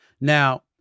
Now